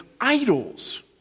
idols